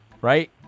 Right